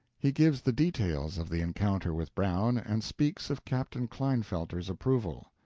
he gives the details of the encounter with brown and speaks of captain klinefelter's approval.